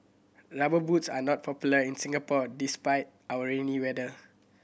Rubber Boots are not popular in Singapore despite our rainy weather